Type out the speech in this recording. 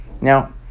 Now